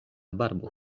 barbo